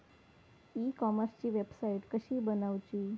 E कॉमर्सची website कशी बनवची?